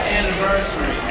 anniversary